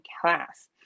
class